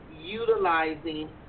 utilizing